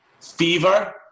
Fever